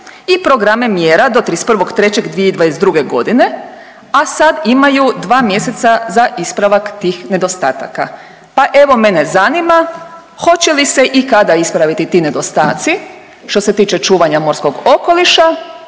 i programe mjera do 31.3.2022. godine, a sad imaju 2 mjeseca za ispravak tih nedostataka. Pa evo mene zanima hoće li se i kada ispraviti ti nedostaci što se tiče čuvanja morskog okoliša